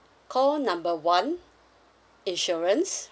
call number one insurance